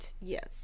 yes